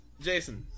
Jason